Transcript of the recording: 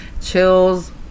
Chills